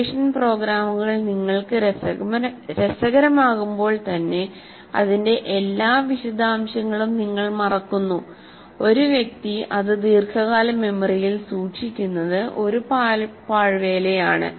television പ്രോഗ്രാമുകൾ നിങ്ങൾക്ക് രസകരമാകുമ്പോൾ തന്നെ അതിന്റെ എല്ലാ വിശദാംശങ്ങളും നിങ്ങൾ മറക്കുന്നു ഒരു വ്യക്തി അത് ദീർഘകാല മെമ്മറിയിൽ സൂക്ഷിക്കുന്നത് ഒരു പാഴ്വേലയാണ്